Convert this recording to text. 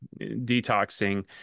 detoxing